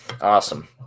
awesome